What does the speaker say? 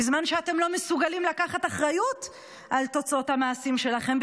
בזמן שאתם לא מסוגלים לקחת אחריות על תוצאות המעשים שלכם,